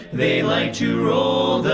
they like to roll their